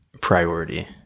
Priority